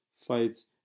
fights